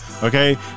Okay